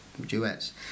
duets